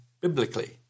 biblically